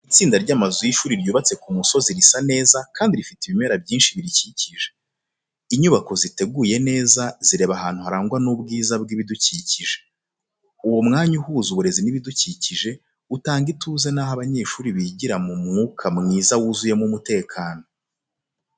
Itsinda ry’amazu y’ishuri ryubatse ku musozi risa neza kandi rifite ibimera byinshi birikikije. Inyubako ziteguye neza zireba ahantu harangwa n’ubwiza bw’ibidukikije. Uwo mwanya uhuza uburezi n’ibidukikije, utanga ituze n’aho abanyeshuri bigira mu mwuka mwiza wuzuyemo umutekano.